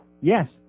Yes